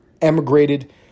emigrated